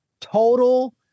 Total